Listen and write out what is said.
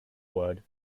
word